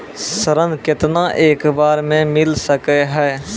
ऋण केतना एक बार मैं मिल सके हेय?